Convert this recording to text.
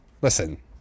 Listen